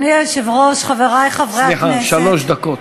סליחה, שלוש דקות.